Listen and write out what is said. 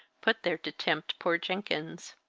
put there to tempt poor jenkins.